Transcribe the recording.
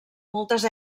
moltes